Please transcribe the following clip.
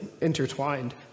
intertwined